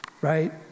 Right